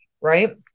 right